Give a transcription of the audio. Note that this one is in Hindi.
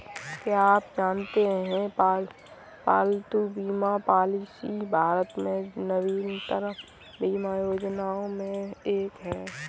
क्या आप जानते है पालतू बीमा पॉलिसी भारत में नवीनतम बीमा योजनाओं में से एक है?